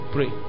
Pray